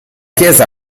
chiesa